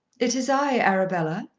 it is i, arabella,